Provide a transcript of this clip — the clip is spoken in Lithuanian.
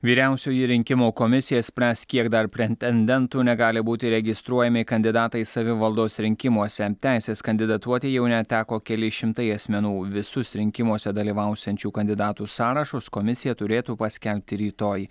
vyriausioji rinkimų komisija spręs kiek dar prentendentų negali būti registruojami kandidatais savivaldos rinkimuose teisės kandidatuoti jau neteko keli šimtai asmenų visus rinkimuose dalyvausiančių kandidatų sąrašus komisija turėtų paskelbti rytoj